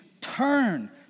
turn